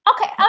Okay